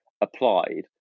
applied